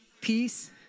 Peace